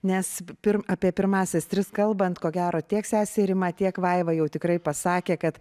nes pirma apie pirmąsias tris kalbant ko gero tiek sesė rima tiek vaiva jau tikrai pasakė kad